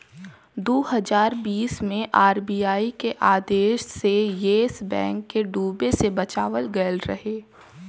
दू हज़ार बीस मे आर.बी.आई के आदेश से येस बैंक के डूबे से बचावल गएल रहे